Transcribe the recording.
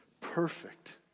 perfect